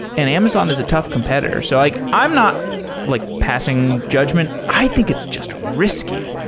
and amazon is a tough competitor. so like i'm not like passing judgment. i think it's just risky.